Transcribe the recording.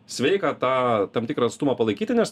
sveika tą tam tikrą atstumą palaikyti nes